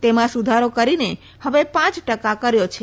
તેમાં સુધારો કરીને હવે પાંચ ટકા કર્યો છે